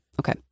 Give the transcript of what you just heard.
okay